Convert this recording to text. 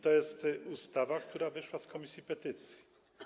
To jest ustawa, która wyszła z komisji petycji.